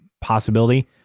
possibility